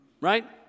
right